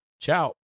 ciao